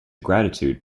gratitude